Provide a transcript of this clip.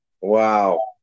wow